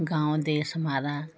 गाँव देश हमारा